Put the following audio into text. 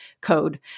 code